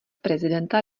prezidenta